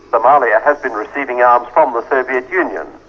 somalia has been receiving arms from the soviet union,